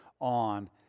on